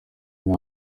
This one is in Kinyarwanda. nta